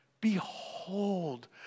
behold